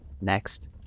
Next